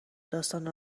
داستان